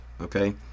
okay